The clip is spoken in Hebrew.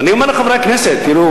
אני אומר לחברי הכנסת: תראו,